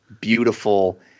beautiful